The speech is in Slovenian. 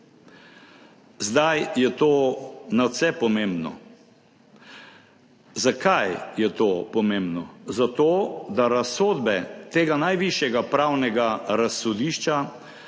Zdaj je to nadvse pomembno. Zakaj je to pomembno? Zato da razsodbe tega najvišjega pravnega razsodišča